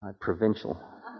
provincial